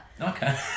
Okay